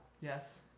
Yes